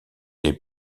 les